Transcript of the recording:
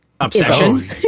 obsession